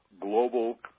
global